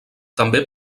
també